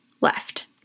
left